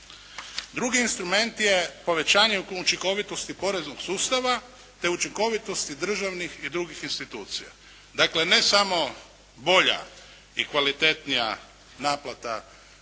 Drugi instrument je povećanje učinkovitosti poreznog sustava te učinkovitosti državnih i drugih institucija. Dakle ne samo bolja i kvalitetnija naplata